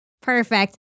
Perfect